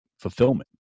fulfillment